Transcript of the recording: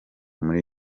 muri